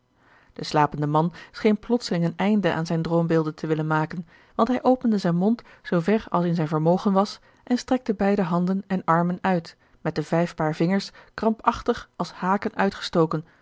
de slapende man scheen plotseling een einde aan zijne droombeelden te willen maken want hij opende zijn mond zoo ver als in zijn vermogen was en strekte beide handen en armen uit met de vijf paar vingers krampachtig als haken uitgestoken